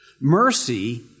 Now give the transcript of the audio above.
Mercy